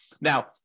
Now